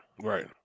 Right